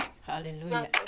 Hallelujah